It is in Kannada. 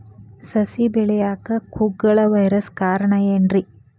ಸಸಿ ಬೆಳೆಯಾಕ ಕುಗ್ಗಳ ವೈರಸ್ ಕಾರಣ ಏನ್ರಿ?